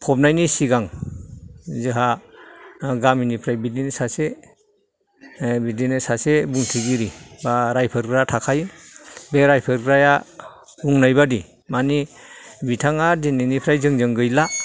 फबनायनि सिगां जोंहा गामिनिफ्राय बिदिनो सासे बिदिनो सासे बुंथिगिरि बा रायफोदग्रा थाखायो बे रायफोदग्राया बुंनायबादि मानि बिथाङा दिनैनिफ्राय जोंजों गैला